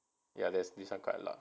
ya there's this one quite a lot